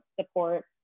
support